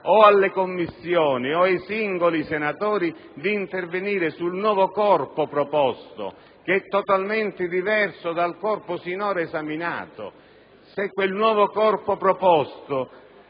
alle Commissioni o ai singoli senatori di intervenire sul nuovo corpo proposto, totalmente diverso da quello sinora esaminato. Se quel nuovo corpo proposto